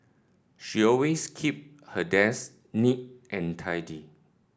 she always keep her desk neat and tidy